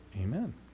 Amen